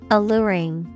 Alluring